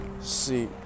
See